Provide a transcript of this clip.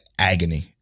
Agony